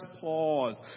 pause